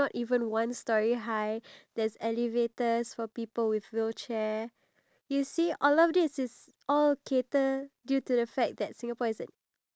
to cater to the needs of the elderly but at the end of the day they are not the one who contribute back to society that much because they are old you know